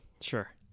Sure